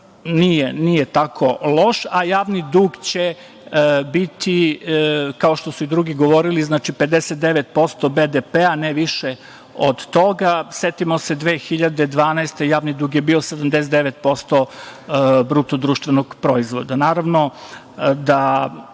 nije tako loš, a javni dug će biti, kao što su i drugi govorili, znači 59% BDP, ne više od toga. Setimo se 2012. godine, javni dug je bio 79% BDP. Naravno, da